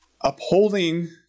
upholding